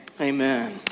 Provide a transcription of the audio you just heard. Amen